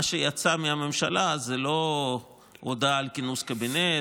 מה שיצא מהממשלה זה לא הודעה על כינוס קבינט